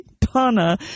Donna